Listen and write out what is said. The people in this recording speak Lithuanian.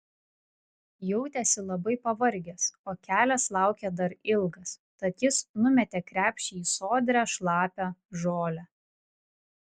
jautėsi labai pavargęs o kelias laukė dar ilgas tad jis numetė krepšį į sodrią šlapią žolę